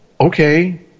okay